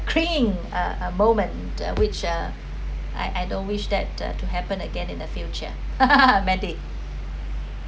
cringing a a moment uh which uh I I don't wish that to happen again in the future mandy